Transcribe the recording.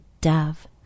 dove